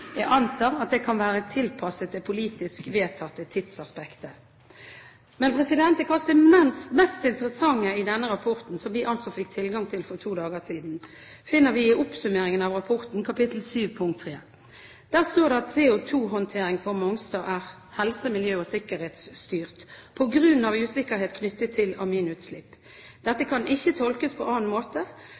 Jeg antar at det kan være tilpasset det politisk vedtatte tidsaspektet. Men det kanskje mest interessante i denne rapporten, som vi altså fikk tilgang til for to dager siden, finner vi i oppsummeringen av rapporten, kap. 7, punkt 3. Der står det at CO2-håndtering på Mongstad er helse-, miljø- og sikkerhetsstyrt på grunn av usikkerhet knyttet til aminutslipp. Dette kan ikke tolkes på annen måte